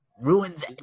Ruins